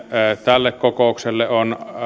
tälle kokoukselle on